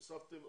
הוספתם,